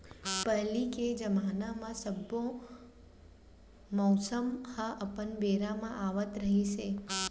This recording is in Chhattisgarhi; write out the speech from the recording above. पहिली के जमाना म सब्बो मउसम ह अपन बेरा म आवत रिहिस हे